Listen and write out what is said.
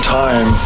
time